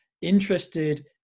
interested